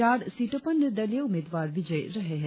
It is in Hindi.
चार सीटों पर निर्दलीय उम्मीदवार विजयी रहे हैं